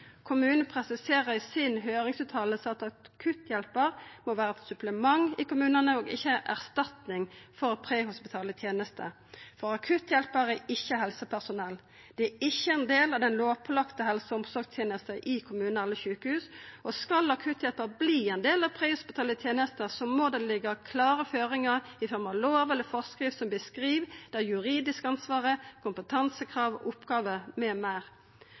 Kommunen presiserer i si høyringsutsegn at akutthjelpar må vera eit supplement i kommunane og ikkje ei erstatning for prehospitale tenester. For akutthjelpar er ikkje helsepersonell, det er ikkje ein del av den lovpålagde helse- og omsorgstenesta i kommunar eller sjukehus. Skal akutthjelpar verta ein del av prehospitale tenester, må det liggja føre klare føringar i form av lov eller forskrift som beskriv det juridiske ansvaret, kompetansekrav, oppgåver